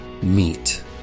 meet